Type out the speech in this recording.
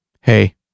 hey